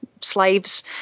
slaves